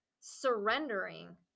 surrendering